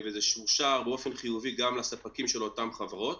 וזה אושר באופן חיובי גם לספקים של אותן חברות.